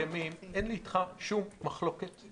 ההסכמים אין לי אתך שום מחלוקת.